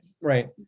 right